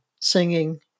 singing